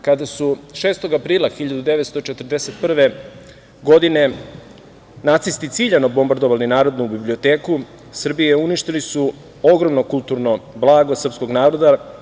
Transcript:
Kada su 6. aprila 1941. godine nacisti ciljano bombardovali Narodnu biblioteku Srbije, uništili su ogromno kulturno blago srpskog naroda.